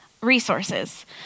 Resources